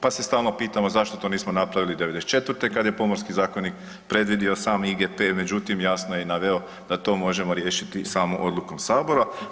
Pa se stalno pitamo zašto to nismo napravili '94., kada je Pomorski zakonik predvidio sam IGP međutim jasno je naveo da to možemo riješiti samo odlukom Sabora.